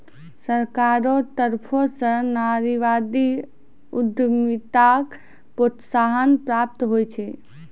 सरकारो तरफो स नारीवादी उद्यमिताक प्रोत्साहन प्राप्त होय छै